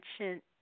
ancient